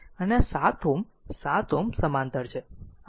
છે અને આ 7 Ω 7 Ω સમાંતર છે